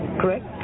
Correct